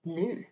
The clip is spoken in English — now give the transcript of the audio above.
nu